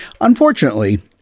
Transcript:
unfortunately